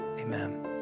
amen